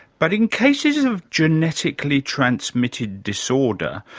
but in cases of genetically transmitted disorder,